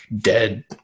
dead